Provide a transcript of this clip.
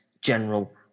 general